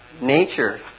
nature